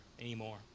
anymore